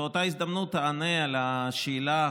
באותה הזדמנות אענה על השאלה,